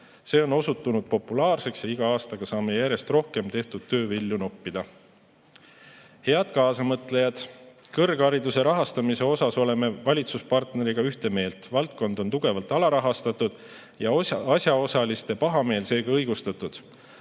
See on osutunud populaarseks ja iga aastaga saame järjest rohkem tehtud töö vilju noppida. Head kaasamõtlejad! Kõrghariduse rahastamise teemal oleme valitsuspartneriga ühte meelt: valdkond on tugevalt alarahastatud ja asjaosaliste pahameel seega õigustatud.